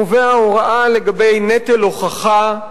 הוא קובע הוראה לגבי נטל ההוכחה.